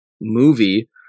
movie